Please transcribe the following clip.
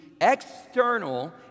external